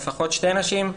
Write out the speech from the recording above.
לפחות שתי נשים,